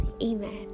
Amen